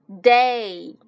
Day